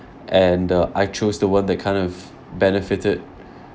and uh I chose the one that kind of benefited